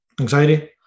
anxiety